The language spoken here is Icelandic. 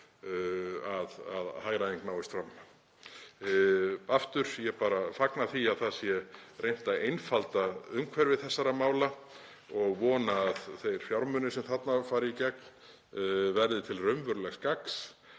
að hagræðing náist fram. Aftur þá fagna ég því að reynt sé að einfalda umhverfi þessara mála og vona að þeir fjármunir sem þarna fari í gegn verði til raunverulegs gagns